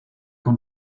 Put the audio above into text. con